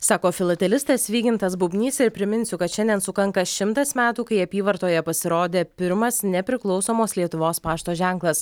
sako filatelistas vygintas bubnys ir priminsiu kad šiandien sukanka šimtas metų kai apyvartoje pasirodė pirmas nepriklausomos lietuvos pašto ženklas